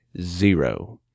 zero